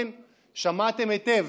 כן, שמעתם היטב.